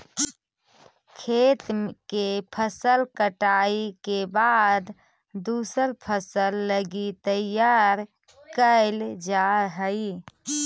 खेत के फसल कटाई के बाद दूसर फसल लगी तैयार कैल जा हइ